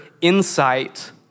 insight